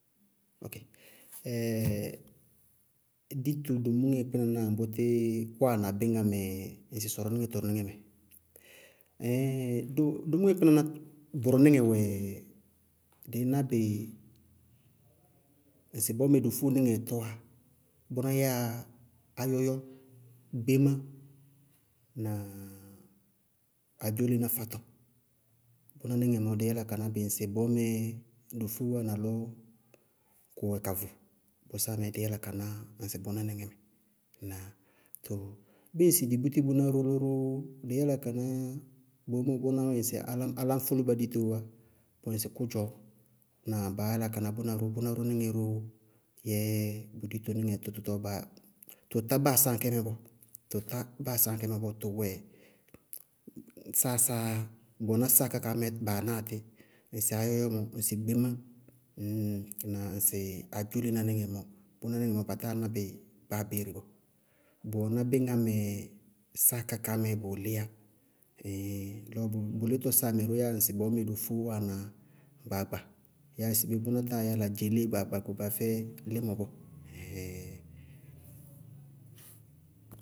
dito domúŋɛ kpɩnaná ambʋtɛ wáana bíŋá mɛ ŋsɩ sɔrɔníŋɛ tʋrʋ níŋɛ mɛ? Ɛɛin domúŋɛ kpɩnaná bʋrʋnɩŋɛɛ wɛ dɩí ná bɩ ŋsɩbɔɔ mɛɛ dofóníŋɛɛ tɔwá, bʋná yáa áyɔyɔ, gbémá, na adzólenáá fátɔ, bʋná níŋɛ mɔɔ dɩí yála ka ná bɩ ŋsɩbɔɔ mɛɛ dofóó wáana lɔɔ kʋwɛ ka vʋ, bʋ sáa mɛɛ dɩí yála ka ná ŋsɩ bʋná níŋɛ mɛ. Ŋnáa? Too bíɩ ŋsɩ dɩ búti bʋná lɔ róó dɩí yála ka ná bʋná ŋsɩ áláñfʋlʋñba ditoówá, bʋwɛ ŋsɩ kʋdzɔɔ, ŋnáa? Baá yála ka ná bʋná ró, bʋná ró níŋɛ ró yɛ dito níŋɛ tʋtɔ báa tʋ tá báa sáa aŋkɛ mɛ bɔɔ, tá báa sáa aŋkɛ mɛ bɔɔ tʋwɛ sáa-sáaá yá bʋwɛná sáa ká kaámɛɛ baa náa tí. Ŋsɩ áyɔyɔ mɔ, ŋsɩ gbémá, na ŋsɩ adzólená níŋɛ mɔ, bʋná níŋɛ mɔɔ ba táa ná bɩ báa abéeré bɔɔ. Bʋwɛná bíŋá mɛ sáa ká kaámɛɛ bʋʋ líyá lɔ bʋ, bʋ lítɔ sáa mɛ ró yɛ ŋsɩ bɔɔ mɛɛ dofóó wáana gbaagba. Yáa sɩbé, bʋná táa yála dzelée gbaagba gbaagba fɛ límɔ bɔɔ.